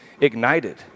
ignited